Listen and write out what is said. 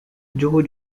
joe